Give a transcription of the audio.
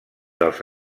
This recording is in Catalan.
dels